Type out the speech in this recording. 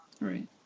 right